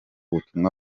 butumwa